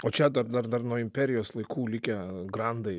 o čia dar dar dar nuo imperijos laikų likę grandai